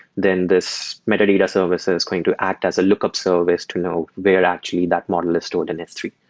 then this metadata service is going to act as a lookup service to know where actually that model is stored in s three.